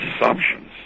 assumptions